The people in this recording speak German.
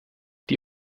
die